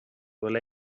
bhfuil